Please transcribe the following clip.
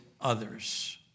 others